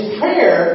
prayer